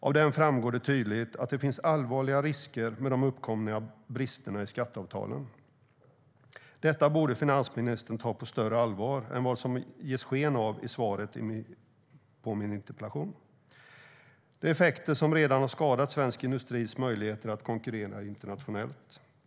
Av den framgår tydligt att det finns allvarliga risker med de uppkomna bristerna i skatteavtalen. Detta borde finansministern ta på större allvar än vad som gavs sken av i svaret på min interpellation. Det är fråga om effekter som redan har skadat svensk industris möjligheter att konkurrera internationellt.